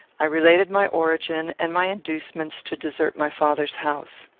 i related my origin and my inducements to desert my father's house.